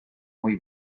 muy